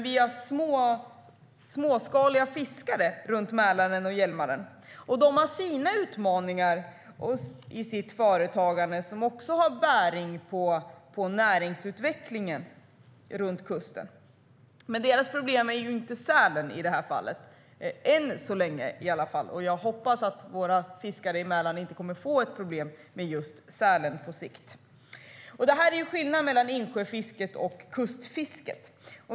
Vi har småskaliga fiskare runt Mälaren och Hjälmaren, och de har utmaningar i sitt företagande som också har bäring på näringsutvecklingen vid kusten. Men deras problem är inte sälen i det här fallet, än så länge i alla fall. Jag hoppas att våra fiskare i Mälaren inte kommer att få problem med just sälen på sikt. Det är skillnad mellan insjöfisket och kustfisket.